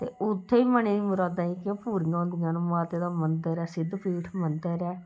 ते उत्थैं मनें दी मुरादां जेह्कियां पूरियां होंदियां न माते दा मंदर ऐ सिद्धपीठ मंदर ऐ